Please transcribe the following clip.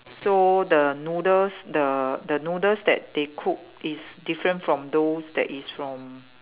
so the noodles the the noodles that they cook is different from those that is from